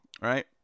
right